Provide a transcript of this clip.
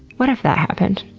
what if that happened?